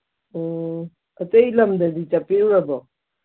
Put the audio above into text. ꯑꯣ ꯑꯇꯩ ꯂꯝꯗꯗꯤ ꯆꯠꯄꯤꯔꯨꯔꯕꯣ